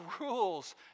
rules